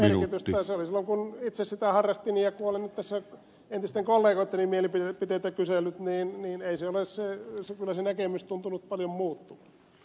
kun itse sitä harrastin ja kun olen nyt tässä entisten kollegoitteni mielipiteitä kysellyt niin ei ole se näkemys tuntunut paljon muutu